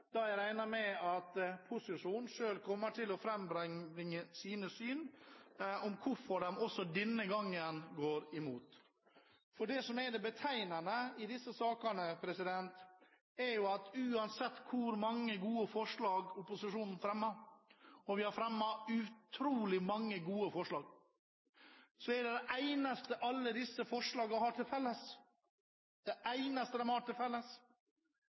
da jeg regner med at posisjonen selv kommer til å frambringe sitt syn på hvorfor de også denne gangen går imot. Det som er det betegnende i disse sakene, er at uansett hvor mange gode forslag opposisjonen fremmer – og vi har fremmet utrolig mange gode forslag – er det eneste alle disse forslagene har til felles,